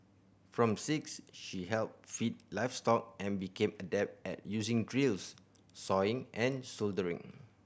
from six she helped feed livestock and became adept at using drills sawing and soldering